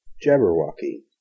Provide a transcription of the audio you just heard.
Jabberwocky